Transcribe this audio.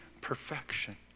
perfection